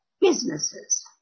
businesses